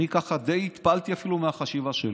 אני ככה די התפעלתי מהחשיבה שבו.